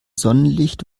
sonnenlicht